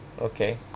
Okay